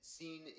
seen